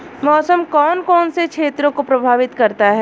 मौसम कौन कौन से क्षेत्रों को प्रभावित करता है?